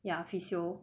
ya 退休